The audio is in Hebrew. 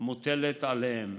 מוטלת עליהם.